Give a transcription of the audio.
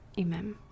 Amen